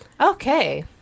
Okay